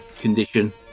condition